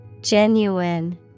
genuine